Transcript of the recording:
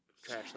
Trash